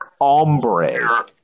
ombre